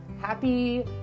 Happy